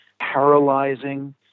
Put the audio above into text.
paralyzing